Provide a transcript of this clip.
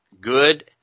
Good